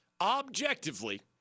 objectively